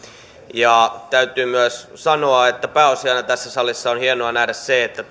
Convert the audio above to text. täytyy myös sanoa että pääosin tässä salissa on hienoa nähdä se että